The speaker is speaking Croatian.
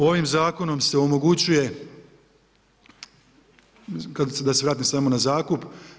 Ovim zakonom se omogućuje, da se vratim samo na zakup.